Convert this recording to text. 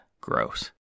Gross